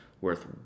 worth